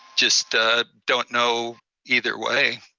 just ah don't know either way.